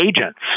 agents